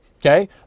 Okay